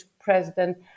president